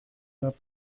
der